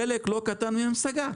חלק לא קטן מהם סגר.